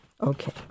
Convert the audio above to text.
Okay